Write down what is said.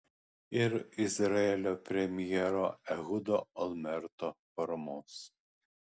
ir izraelio premjero ehudo olmerto paramos